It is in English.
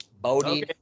Bodhi